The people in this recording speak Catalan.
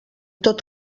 tot